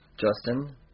Justin